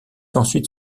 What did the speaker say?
ensuite